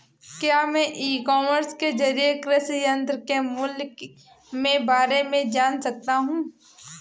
क्या मैं e commerce के ज़रिए कृषि यंत्र के मूल्य में बारे में जान सकता हूँ?